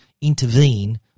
intervene